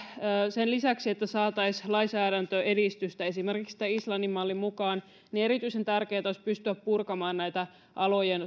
sen lisäksi että saataisiin lainsäädäntöedistystä esimerkiksi islannin mallin mukaan erityisen tärkeää olisi pystyä purkamaan alojen